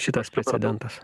šitas precedentas